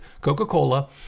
Coca-Cola